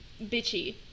bitchy